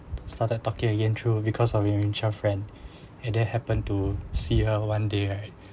started talking again through because of a mutual friend and I happen to see her one day right